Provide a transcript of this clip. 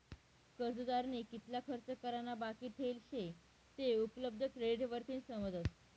कर्जदारनी कितला खर्च करा ना बाकी ठेल शे ते उपलब्ध क्रेडिट वरतीन समजस